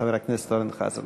חבר הכנסת אורן חזן.